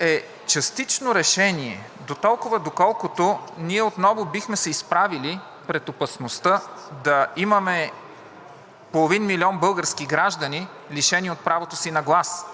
е частично решение, дотолкова, доколкото ние отново бихме се изправили пред опасността да имаме половин милион български граждани, лишени от правото си на глас.